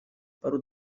paru